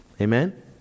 Amen